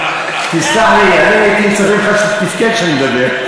תסלח לי, הייתי צריך ממך שתבכה כשאני מדבר.